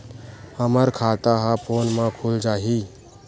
हमर खाता ह फोन मा खुल जाही?